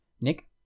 Nick